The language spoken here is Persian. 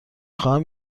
خواهم